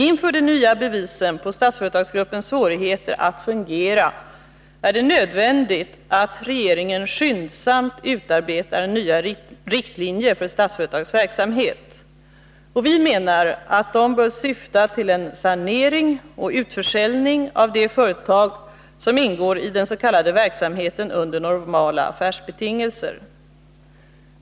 Inför de nya bevisen på Statsföretagsgruppens svårigheter att fungera är det nödvändigt att regeringen skyndsamt utarbetar nya riktlinjer för Statsföretags verksamhet. Vi menar att de bör syfta till en sanering och utförsäljning av de företag som ingår i den s.k. verksamheten under normala affärsbetingelser.